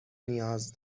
نیاز